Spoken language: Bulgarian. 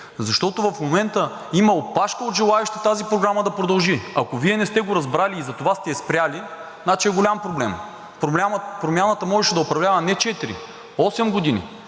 защото в момента има опашка от желаещи тази програма да продължи. Ако Вие не сте го разбрали и затова сте я спрели, значи е голям проблем. Промяната можеше да управлява не четири, а осем години